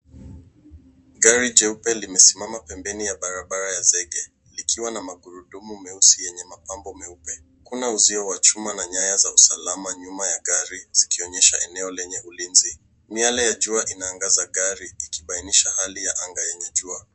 Gari jeupe limesimama pembeni ya barabara ya zege likiwa na magurudumu meusi yenye mapambo meupe. Kuna uzio wa chuma na nyaya za usalama nyuma ya gari zikionyesha eneo lenye ulinzi. Miale ya jua inaangaza gari ikibainisha hali ya anga lenye jua.